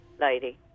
lady